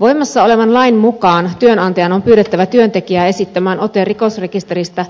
voimassa olevan lain mukaan työnantajan on pyydettävä työntekijää esittämään ote rikosrekisteristä